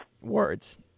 words